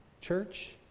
church